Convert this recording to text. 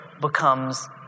becomes